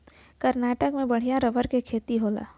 कर्नाटक में बढ़िया रबर क खेती होला